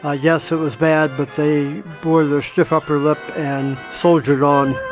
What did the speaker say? ah yes, it was bad, but they bore their stiff upper lip and soldiered on.